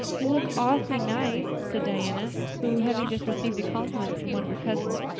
you look awfully nice, said diana, who having just received a compliment from one of her cousins,